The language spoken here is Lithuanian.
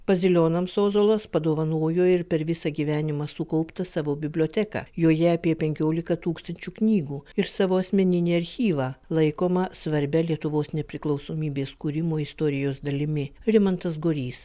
bazilionams ozolas padovanojo ir per visą gyvenimą sukauptą savo biblioteką joje apie penkiolika tūkstančių knygų ir savo asmeninį archyvą laikomą svarbia lietuvos nepriklausomybės kūrimo istorijos dalimi rimantas gorys